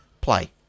Play